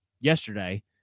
yesterday